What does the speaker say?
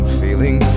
feeling